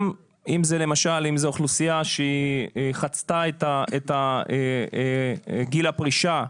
גם אם זה אוכלוסייה שהיא חצתה את גיל הפרישה.